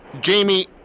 Jamie